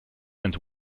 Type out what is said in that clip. and